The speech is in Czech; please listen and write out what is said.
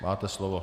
Máte slovo.